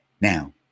Now